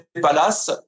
Palace